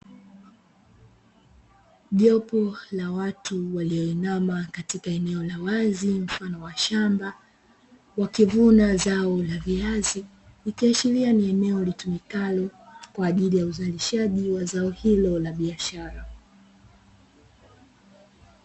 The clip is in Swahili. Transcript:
Jopo la watu walioinama katika eneo la wazi mfano wa shamba wakivuna zao la viazi, ikiashiria ni eneo litumikalo kwa ajili ya uzalishaji wa zao hilo la biashara.